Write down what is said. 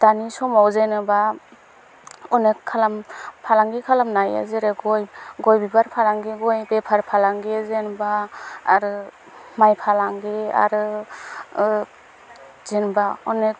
दानि समाव जेन'बा अनेक खालाम फालांगि खालामनायो जेरै गय गय बिबार फालांगि गय बेफार फालांगि जेनबा आरो माइ फालांगि आरो जेनबा अनेक